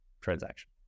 transaction